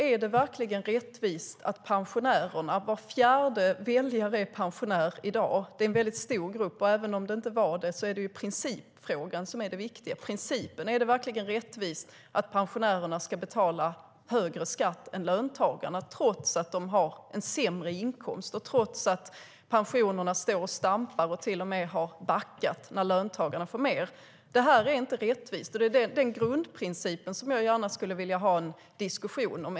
Är det verkligen rättvist att pensionärerna ska betala högre skatt än löntagarna, trots att de ha en sämre inkomst och trots att pensionerna står och stampar och till och med har backat när löntagarna har fått mer? Detta är inte rättvist. Var fjärde väljare är pensionär i dag, och pensionärerna är en mycket stor grupp. Och även om de inte var det är det principfrågan som är den viktiga. Det är denna grundprincip som jag gärna skulle vilja ha en diskussion om.